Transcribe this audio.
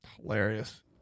Hilarious